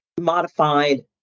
modified